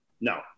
No